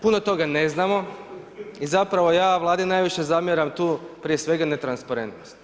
Puno toga ne znamo i zapravo ja Vladi najviše zamjeram tu, prije svega netransparentnost.